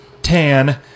tan